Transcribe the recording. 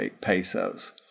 pesos